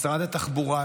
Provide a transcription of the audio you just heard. משרד התחבורה,